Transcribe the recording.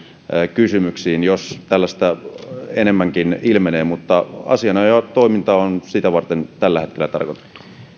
kysymyksiin jos tällaista enemmänkin ilmenee mutta asianajotoiminta on sitä varten tällä hetkellä tarkoitettu